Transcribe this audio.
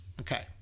okay